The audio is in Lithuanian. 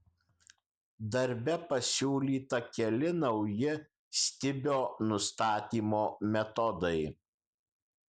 darbe pasiūlyta keli nauji stibio nustatymo metodai